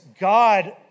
God